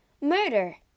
murder